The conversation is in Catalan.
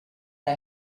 ara